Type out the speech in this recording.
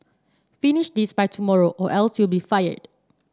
finish this by tomorrow or else you'll be fired